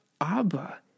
Abba